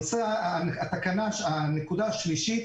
דבר שלישי,